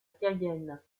cayenne